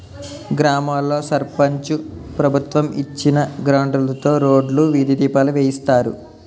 గ్రామాల్లో సర్పంచు ప్రభుత్వం ఇచ్చిన గ్రాంట్లుతో రోడ్లు, వీధి దీపాలు వేయిస్తారు